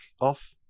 off